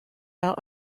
our